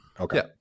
Okay